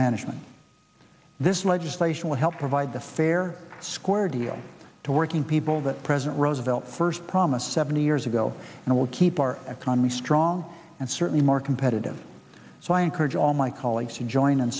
management this legislation will help provide the fair square deal to working people that president roosevelt first promised seventy years ago and we'll keep our economy strong and certainly more competitive so i encourage all my colleagues to join and